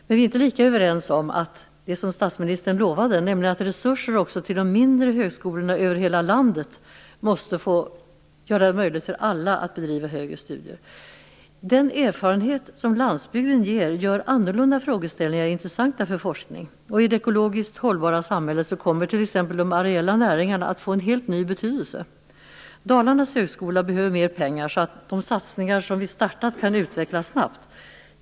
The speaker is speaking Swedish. Men vi är inte lika överens om det som statsministern lovade, nämligen att resurser måste ges också till de mindre högskolorna i hela landet för att göra det möjligt för alla att bedriva högre studier. Den erfarenhet som landsbygden ger gör annorlunda frågeställningar intressanta för forskning. I det ekologiskt hållbara samhället kommer t.ex. de areella näringarna att få en helt ny betydelse. Dalarnas högskola behöver mer pengar för att de satsningar som har startats kan utvecklas snabbt.